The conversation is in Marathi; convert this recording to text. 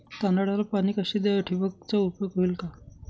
तांदळाला पाणी कसे द्यावे? ठिबकचा उपयोग होईल का?